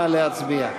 נא להצביע.